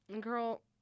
Girl